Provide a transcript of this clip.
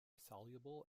soluble